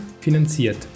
finanziert